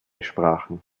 sprachen